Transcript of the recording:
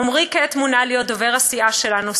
עמרי מונה כעת להיות דובר הסיעה שלנו,